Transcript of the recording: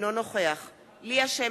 אינו נוכח ליה שמטוב,